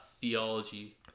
theology